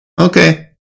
Okay